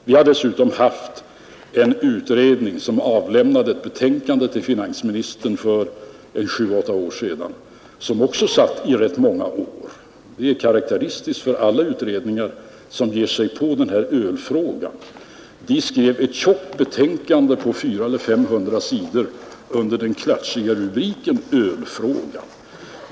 Vi har dessutom haft en utredning som avlämnade ett betänkande till finansministern för sju åtta år sedan. Den satt också i rätt många år — det är karakteristiskt för alla utredningar som ger sig på ölfrågan. Den skrev ett tjockt betänkande på 400-500 sidor under den klatschiga rubriken Ölfrågan.